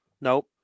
Nope